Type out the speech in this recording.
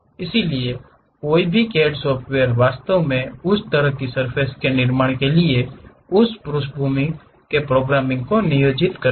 इसलिए कोई भी CAD सॉफ्टवेयर वास्तव में उस तरह की सर्फ़ेस के निर्माण के लिए उस पृष्ठभूमि प्रोग्रामिंग को नियोजित करता है